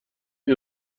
این